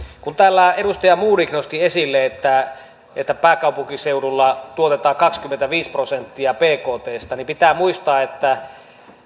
kun täällä edustaja modig nosti esille että että pääkaupunkiseudulla tuotetaan kaksikymmentäviisi prosenttia bktstä niin pitää muistaa että